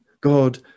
god